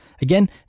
Again